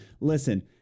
listen